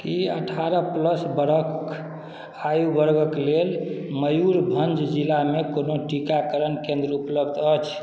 कि अठारह प्लस बरख आयु वर्गके लेल मयूरभञ्ज जिलामे कोनो टीकाकरण केन्द्र उपलब्ध अछि